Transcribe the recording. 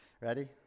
Ready